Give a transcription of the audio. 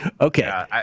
okay